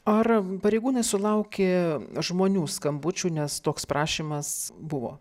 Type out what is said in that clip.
ar pareigūnai sulaukė žmonių skambučių nes toks prašymas buvo